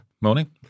Morning